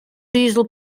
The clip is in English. diesel